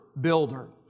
builder